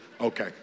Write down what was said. okay